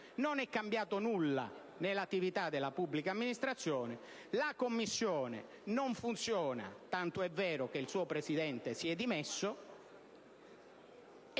non è cambiato nulla nell'attività della pubblica amministrazione: la Commissione non funziona, tant'è vero che il suo presidente si è dimesso